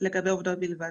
לגבי עובדות בלבד.